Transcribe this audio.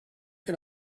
can